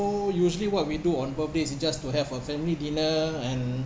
usually what we do on birthdays is just to have a family dinner and